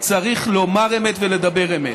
צריך לומר אמת ולדבר אמת.